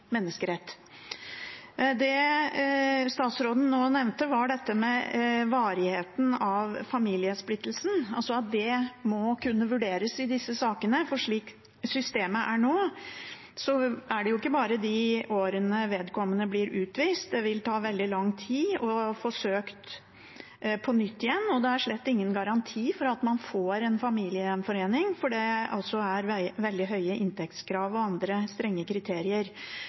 Det statsråden nå nevnte, var dette med varigheten av familiesplittelsen, altså at det må kunne vurderes i disse sakene, for slik systemet er nå, gjelder det jo ikke bare de årene vedkommende blir utvist. Det vil ta veldig lang tid å få søkt på nytt igjen, og det er slett ingen garanti for at man får en familiegjenforening, for det er veldig høye inntektskrav og andre strenge kriterier